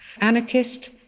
Anarchist